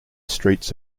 streets